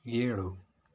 ಏಳು